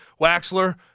Waxler